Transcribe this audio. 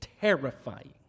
terrifying